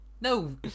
no